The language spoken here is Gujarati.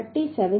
37 થશે